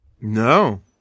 No